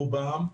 רובם,